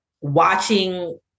watching